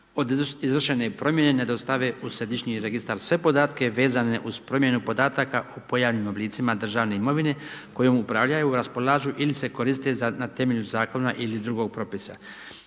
od izvršene promjene ne dostave u središnji registar sve podatke vezane uz promjenu podataka o pojedinim oblicima državne imovine kojom upravljaju, raspolažu ili se koriste na temelju zakona ili drugog propisa.